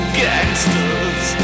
gangsters